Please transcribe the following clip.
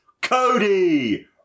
Cody